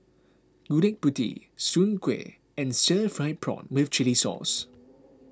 Gudeg Putih Soon Kueh and Stir Fried Prawn with Chili Sauce